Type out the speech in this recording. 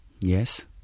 Yes